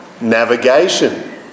navigation